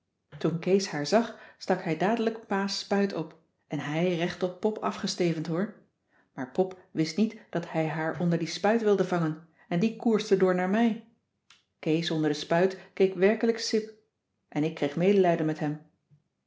toen kees haar zag stak hij dadelijk pa's spuit op en hij recht op pop afgestevend hoor maar pop wist niet dat hij haar onder die spuit wilde vangen en die koerste door naar mij kees onder de spuit keek werkelijk sip en ik kreeg medelijden met hem